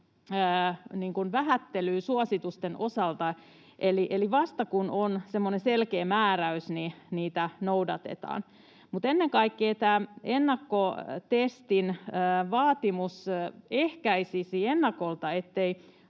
vähättelyä suositusten osalta. Eli vasta, kun on semmoinen selkeä määräys, niitä noudatetaan. Mutta ennen kaikkea tämä ennakkotestin vaatimus ehkäisisi ennakolta, ettei